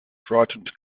frightened